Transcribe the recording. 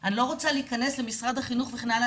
אני לא רוצה להיכנס למשרד החינוך וכן הלאה,